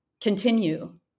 Continue